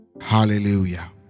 hallelujah